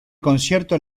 concierto